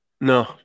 No